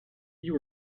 you